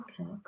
Okay